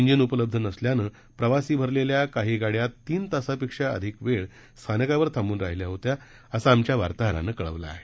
जिन उपलब्ध नसल्यानं प्रवासी भरलेल्या काही गाड्या तीन तासापेक्षा अधिक वेळ स्थानकावर थांबून राहिल्या होत्या असं आमच्या वार्ताहरानं कळवलं आहे